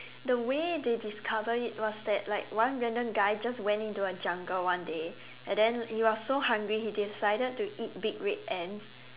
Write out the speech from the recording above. the way they discovered it was that like one random guy just went into a jungle one day and then he was so hungry he decided to eat big red ants